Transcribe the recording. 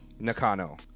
Nakano